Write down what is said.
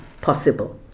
possible